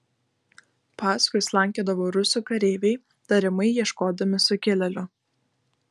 paskui slankiodavo rusų kareiviai tariamai ieškodami sukilėlių